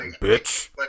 bitch